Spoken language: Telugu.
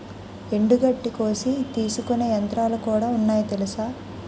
ఎండుగడ్డి కోసి తీసుకునే యంత్రాలుకూడా ఉన్నాయి తెలుసా?